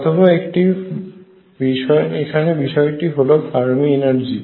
অন্য একটি বিষয়টি হলো ফার্মি এনার্জি